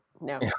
No